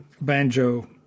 banjo